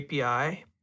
API